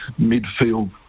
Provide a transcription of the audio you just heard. midfield